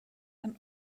and